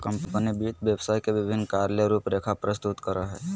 company वित्त व्यवसाय के विभिन्न कार्य ले रूपरेखा प्रस्तुत करय हइ